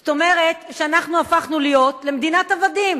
זאת אומרת שאנחנו הפכנו להיות למדינת עבדים.